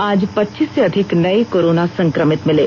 आज पच्चीस से अधिक नए कारोना संक्रमित मिले